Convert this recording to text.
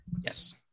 yes